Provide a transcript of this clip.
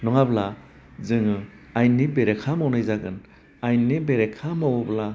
नङाब्ला जोङो आयेननि बेरेखा मावनाय जागोन आयेननि बेरेखा मावोब्ला